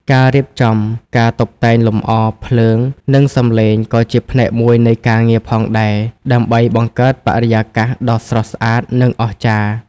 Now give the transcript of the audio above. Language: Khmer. ការរៀបចំការតុបតែងលម្អ ភ្លើង និងសំឡេងក៏ជាផ្នែកមួយនៃការងារផងដែរ ដើម្បីបង្កើតបរិយាកាសដ៏ស្រស់ស្អាត និងអស្ចារ្យ។